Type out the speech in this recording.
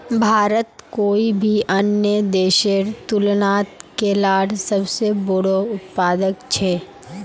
भारत कोई भी अन्य देशेर तुलनात केलार सबसे बोड़ो उत्पादक छे